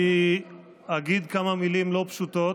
אני אגיד כמה מילים לא פשוטות.